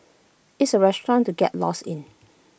it's A restaurant to get lost in